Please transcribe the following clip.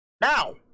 Now